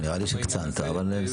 לא, נראה לי שהקצנת, אבל בסדר.